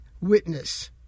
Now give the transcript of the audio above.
Witness